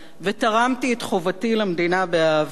ותרמתי את חובתי למדינה באהבה,